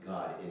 God